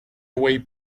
away